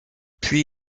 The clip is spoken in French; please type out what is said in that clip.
puis